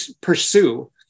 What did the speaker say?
pursue